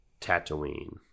Tatooine